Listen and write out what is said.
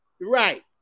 Right